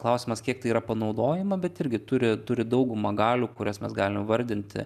klausimas kiek tai yra panaudojama bet irgi turi turi daugumą galių kurias mes galime įvardinti